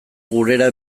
gurera